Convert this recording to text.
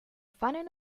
funding